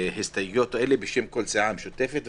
להסתייגויות האלה בשם כל הסיעה המשותפת.